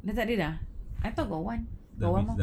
dah tak ada dah ah I thought got one got one more